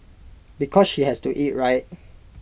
because she has to eat right